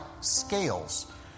scales